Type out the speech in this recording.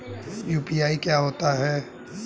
UPI क्या होता है?